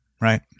Right